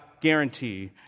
Guarantee